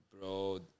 Bro